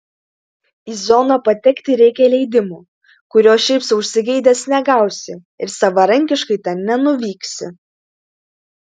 į zoną patekti reikia leidimo kurio šiaip sau užsigeidęs negausi ir savarankiškai ten nenuvyksi